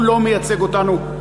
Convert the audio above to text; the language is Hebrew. הוא לא מייצג אותנו,